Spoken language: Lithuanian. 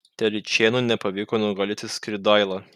telyčėnui nepavyko nugalėti skridailą